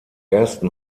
ersten